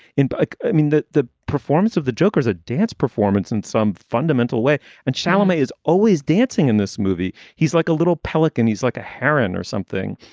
but like i mean, the the performance of the joker is a dance performance in some fundamental way. and shalamar is always dancing in this movie. he's like a little pelican. he's like a heron or something.